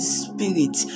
spirit